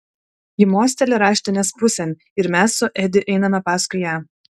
ji mosteli raštinės pusėn ir mes su edi einame paskui ją